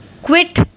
Quit